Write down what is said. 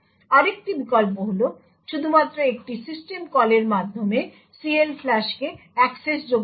আরেকটি বিকল্প হল শুধুমাত্র একটি সিস্টেম কলের মাধ্যমে CLFLUSH কে অ্যাক্সেসযোগ্য করা